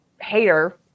hater